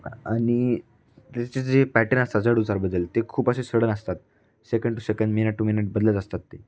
आणि त्याचे जे पॅटर्न असतात चढउताराबद्दल ते खूप असे सडन असतात second to second minute to minute बदलतच असतात ते